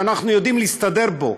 שאנחנו יודעים להסתדר בו,